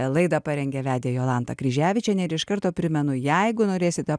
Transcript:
laidą parengė vedė jolanta kryževičienė ir iš karto primenu jeigu norėsite